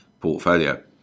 portfolio